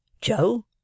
Joe